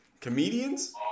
Comedians